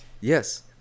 yes